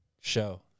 show